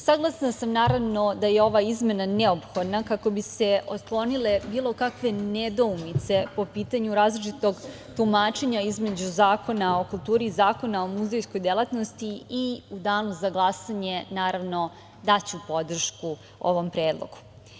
Saglasna sam, naravno, da je ova izmena neophodna kako bi se otklonile bilo kakve nedoumice po pitanju različitog tumačenja između Zakona o kulturi i Zakona o muzejskoj delatnosti i u danu za glasanje, naravno, daću podršku ovom predlogu.